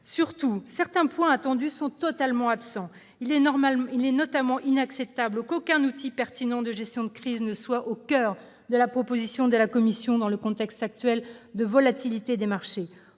Surtout, certains points attendus sont totalement absents. Il est notamment inacceptable qu'aucun outil pertinent de gestion des crises ne soit au coeur de la proposition de la Commission dans le contexte actuel de volatilité des marchés.